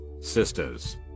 sisters